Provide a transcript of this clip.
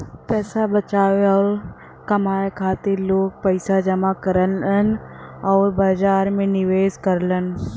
पैसा बचावे आउर कमाए खातिर लोग पैसा जमा करलन आउर बाजार में निवेश करलन